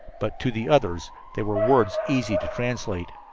but to the others they were words easy to translate.